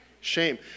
shame